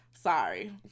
sorry